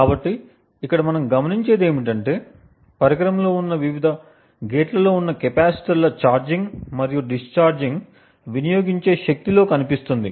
కాబట్టి ఇక్కడ మనం గమనించేది ఏమిటంటే పరికరంలో ఉన్న వివిధ గేట్లలో ఉన్న కెపాసిటర్ల ఛార్జింగ్ మరియు డిశ్చార్జింగ్ వినియోగించే శక్తిలో కనిపిస్తుంది